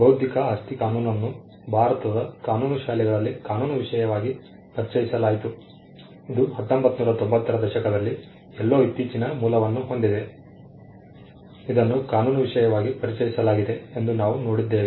ಬೌದ್ಧಿಕ ಆಸ್ತಿ ಕಾನೂನನ್ನು ಭಾರತದ ಕಾನೂನು ಶಾಲೆಗಳಲ್ಲಿ ಕಾನೂನು ವಿಷಯವಾಗಿ ಪರಿಚಯಿಸಲಾಯಿತು ಇದು 1990 ರ ದಶಕದಲ್ಲಿ ಎಲ್ಲೋ ಇತ್ತೀಚಿನ ಮೂಲವನ್ನು ಹೊಂದಿದೆ ಇದನ್ನು ಕಾನೂನು ವಿಷಯವಾಗಿ ಪರಿಚಯಿಸಲಾಗಿದೆ ಎಂದು ನಾವು ನೋಡಿದ್ದೇವೆ